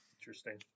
interesting